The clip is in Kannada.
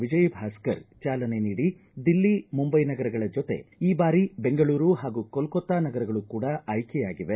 ವಿಜಯ ಭಾಸ್ಕರ್ ಚಾಲನೆ ನೀಡಿ ದಿಲ್ಲಿ ಮುಂಬೈ ನಗರಗಳ ಜೊತೆ ಈ ಬಾರಿ ಬೆಂಗಳೂರು ಹಾಗೂ ಕೊಲೋತ್ತಾ ನಗರಗಳೂ ಕೂಡ ಆಯ್ಕೆಯಾಗಿವೆ